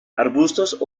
arbustos